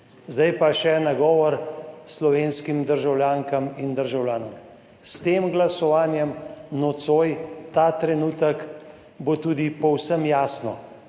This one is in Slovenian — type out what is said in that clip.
Zdaj pa še nagovor slovenskim državljankam in državljanom. S tem glasovanjem nocoj, ta trenutek bo tudi povsem jasno,